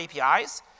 APIs